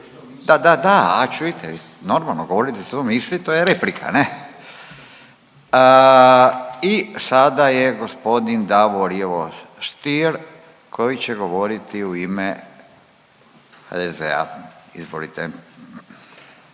Da, da, da, a čujte, normalno, govoriti svoje misli to je replika, ne? I sada je g. Davor Ivo Stier koji će govoriti u ime HDZ-a, izvolite.